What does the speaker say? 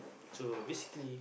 so basically